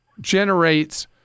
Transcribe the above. generates